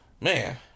man